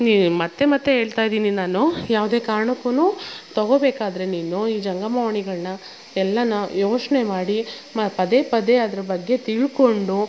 ನೀ ಮತ್ತೆ ಮತ್ತೆ ಹೇಳ್ತಾ ಇದ್ದೀನಿ ನಾನು ಯಾವುದೇ ಕಾರಣಕ್ಕು ತಗೋಬೇಕಾದ್ರೆ ನೀನು ಈ ಜಂಗಮವಾಣಿಗಳನ್ನ ಎಲ್ಲ ನಾ ಯೋಚನೆ ಮಾಡಿ ಮ ಪದೇ ಪದೇ ಅದರ ಬಗ್ಗೆ ತಿಳ್ಕೊಂಡು